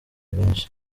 benshi